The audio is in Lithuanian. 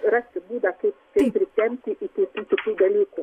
rasti būdą kaip kaip pritempti iki kitų dalykų